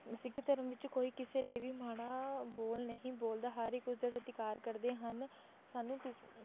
ਸਿੱਖ ਧਰਮ ਵਿੱਚ ਕੋਈ ਕਿਸੇ ਲਈ ਵੀ ਮਾੜਾ ਬੋਲ ਨਹੀਂ ਬੋਲਦਾ ਹਰ ਇੱਕ ਉਸਦਾ ਸਤਿਕਾਰ ਕਰਦੇ ਹਨ ਸਾਨੂੰ ਕਿਸ